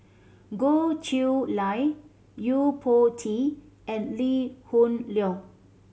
Goh Chiew Lye Yo Po Tee and Lee Hoon Leong